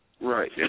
Right